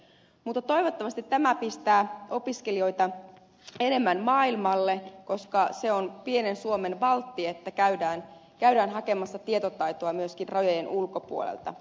mutta toivottavasti tämä pistää opiskelijoita enemmän maailmalle koska se on pienen suomen valtti että käydään hakemassa tietotaitoa myöskin rajojen ulkopuolelta